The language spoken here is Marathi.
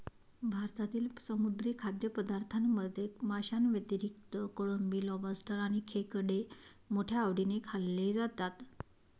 भारतातील समुद्री खाद्यपदार्थांमध्ये माशांव्यतिरिक्त कोळंबी, लॉबस्टर आणि खेकडे मोठ्या आवडीने खाल्ले जातात